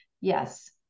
Yes